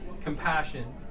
compassion